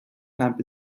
lamp